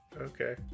okay